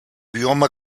bioma